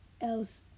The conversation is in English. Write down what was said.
Else